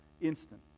instant